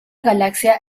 galaxia